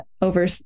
over